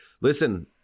listen